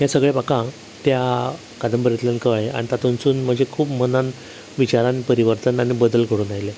हें सगळें म्हाका त्या कादंबरींतल्यान कळ्ळें आणी तातूंनसून म्हज्या खूब मनान विचारान परिवर्तन आयलें आनी बदल घडून आयले